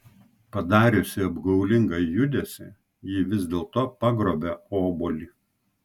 padariusi apgaulingą judesį ji vis dėlto pagrobia obuolį